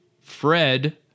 fred